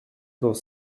dans